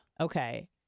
Okay